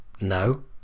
No